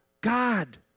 God